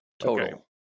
total